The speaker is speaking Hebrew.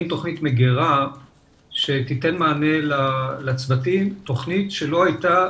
תכנית מגירה שתיתן מענה לצוותים, תכנית שלא הייתה